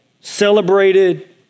celebrated